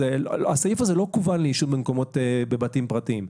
הסעיף הזה לא כוון לעישון בבתים פרטיים,